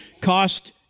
cost